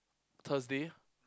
Thursday